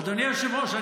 אדוני היושב-ראש,